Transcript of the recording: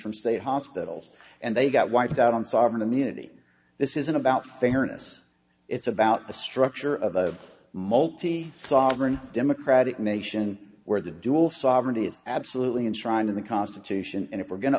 from state hospitals and they got wiped out on sovereign immunity this isn't about fairness it's about the structure of a multi sovereign democratic nation where the dual sovereignty is absolutely enshrined in the constitution and if we're going to